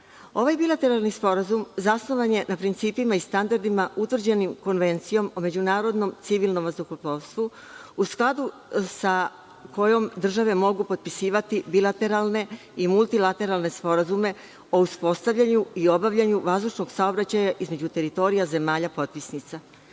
Ovaj bilateralni sporazum zasnovan je na principima i standardima utvrđenim Konvencijom o međunarodnom civilnom vazduhoplovstvu u skladu sa kojom države mogu potpisivati bilateralne i multilateralne sporazume o uspostavljanju i obavljanju vazdušnog saobraćaja između teritorija zemalja potpisnica.